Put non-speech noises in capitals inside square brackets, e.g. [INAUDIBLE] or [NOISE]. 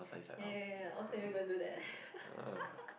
ya ya ya oh so you gonna do that [LAUGHS]